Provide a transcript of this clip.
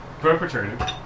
perpetrator